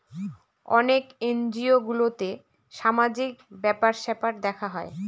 অনেক এনজিও গুলোতে সামাজিক ব্যাপার স্যাপার দেখা হয়